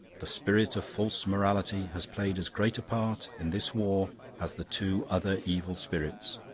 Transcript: the spirit of false morality has played as great a part in this war as the two other evil spirits.